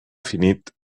finit